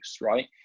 right